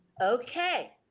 Okay